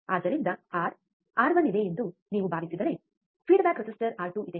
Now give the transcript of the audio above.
ಆದ್ದರಿಂದ R R one ಎಂದು ನೀವು ಭಾವಿಸಿದರೆ ಫೀಡ್ಬ್ಯಾಕ್ ರೆಸಿಸ್ಟರ್ ಆರ್2 ಇದೆ